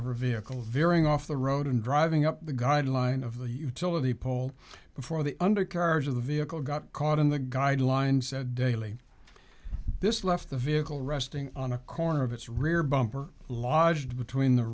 her vehicle veering off the road and driving up the guidelines of the utility pole before the undercarriage of the vehicle got caught in the guidelines said daily this left the vehicle resting on a corner of its rear bumper lodged between the